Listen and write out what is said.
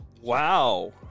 Wow